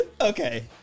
Okay